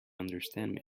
understand